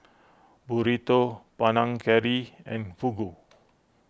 Burrito Panang Curry and Fugu